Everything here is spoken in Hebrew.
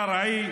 קרעי,